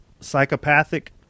psychopathic